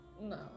No